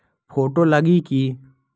Photo लगी कि?